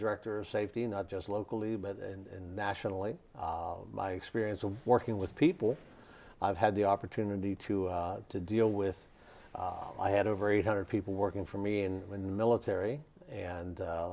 director of safety not just locally but and nationally my experience of working with people i've had the opportunity to to deal with i had over eight hundred people working for me and when the military and